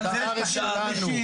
זאת הארץ שלנו.